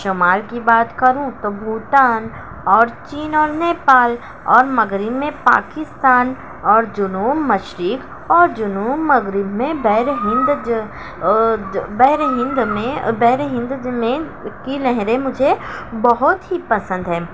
شُمال کی بات کروں تو بھوٹان اور چین اور نیپال اور مغرب میں پاکستان اور جنوب مشرق اور جنوب مغرب میں بحر ہند جو بحر ہند میں بحر ہند میں کی لہریں مجھے بہت ہی پسند ہے